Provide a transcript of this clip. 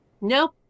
nope